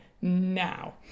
now